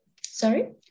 Sorry